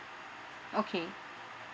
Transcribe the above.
okay